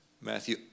Matthew